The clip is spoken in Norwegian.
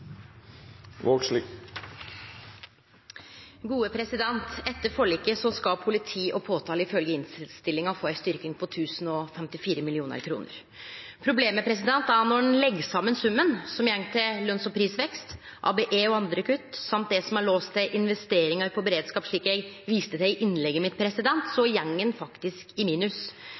Etter forliket skal politi og påtalemakt ifølgje innstillinga få ei styrking på 1 054 mill. kr. Problemet er at når ein summerer det som går til lønns- og prisvekst, ABE-kutt og andre kutt og det som er låst til investering i beredskap, slik eg viste til i innlegget mitt, så går ein faktisk i minus.